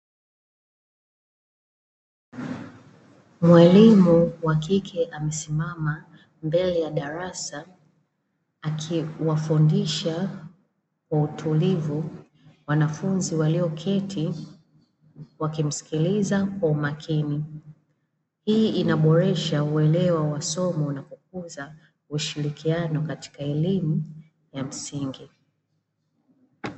Mwalimu wa kike amesimama mbele ya darasa akiwafundisha kwa utulivu wanafunzi walioketi wakimsikiliza kwa umakini, hii inaboresha uelewa wa somo na kukuza ushirikiano katika elimu ya msingi.